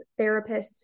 therapists